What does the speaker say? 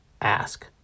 Ask